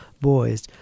boys